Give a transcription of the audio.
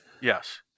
Yes